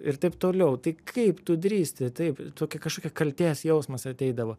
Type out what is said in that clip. ir taip toliau tai kaip tu drįsti taip tokia kažkokia kaltės jausmas ateidavo